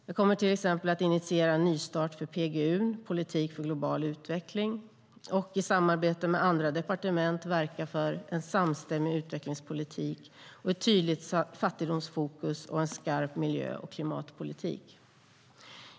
Jag kommer till exempel att initiera en nystart för PGU, politik för global utveckling, och i samarbete med andra departement verka för en samstämmig utvecklingspolitik, ett tydligt fattigdomsfokus och en skarp miljö och klimatpolitik.